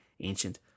ancient